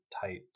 tight